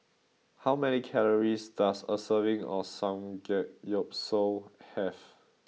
how many calories does a serving of Samgeyopsal have